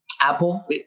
apple